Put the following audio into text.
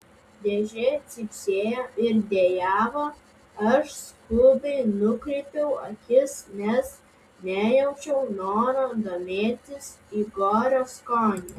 dėžė cypsėjo ir dejavo aš skubiai nukreipiau akis nes nejaučiau noro domėtis igorio skoniu